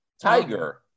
tiger